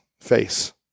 face